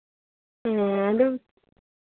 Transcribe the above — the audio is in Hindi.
हाँ दो